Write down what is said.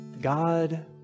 God